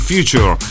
Future